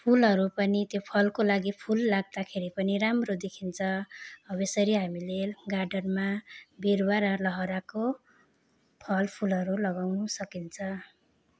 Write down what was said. फुलहरू पनि त्यो फलको लागि फुल लाग्दाखेरि पनि राम्रो देखिन्छ अब यसरी हामीले गार्डनमा बिरुवा र लहराको फलफुलहरू लगाउनु सकिन्छ